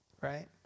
right